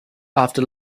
after